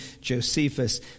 Josephus